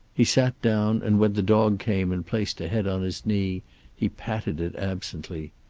he sat down, and when the dog came and placed a head on his knee he patted it absently.